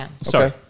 Sorry